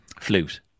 Flute